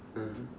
(uh huh)